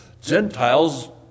Gentiles